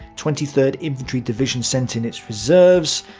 twenty third infantry division sent in its reserves.